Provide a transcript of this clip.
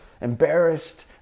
Embarrassed